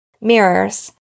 mirrors